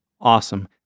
awesome